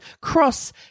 cross